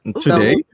today